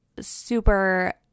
super